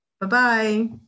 Bye-bye